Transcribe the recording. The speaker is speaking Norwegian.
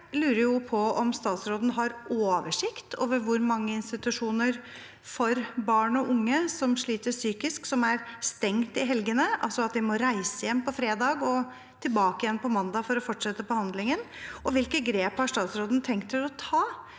Jeg lurer på om statsråden har oversikt over hvor mange institusjoner for barn og unge som sliter psykisk, som er stengt i helgene, altså at man må reise hjem på fredag og tilbake igjen på mandag for å fortsette behandlingen. Hvilke grep har statsråden tenkt å ta